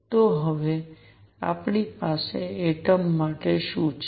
તો હવે આપણી પાસે એટમ માટે શું છે